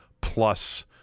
plus